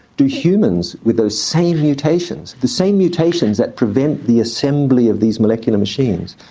do humans with those same mutations, the same mutations that prevent the assembly of these molecular machines,